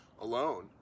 alone